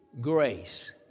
grace